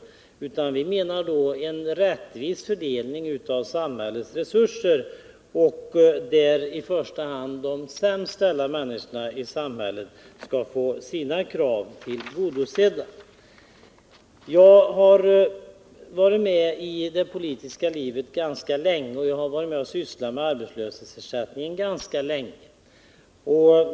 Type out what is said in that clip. Vi anser i stället att det skall vara en rättvis fördelning av samhällets resurser och att i första hand de sämst ställda människorna i samhället skall få sina krav tillgodosedda. Jag har varit med i det politiska livet ganska länge, och jag har också sysslat med arbetslöshetsersättning ganska länge.